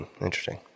Interesting